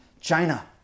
China